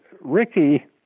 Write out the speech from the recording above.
Ricky